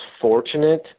fortunate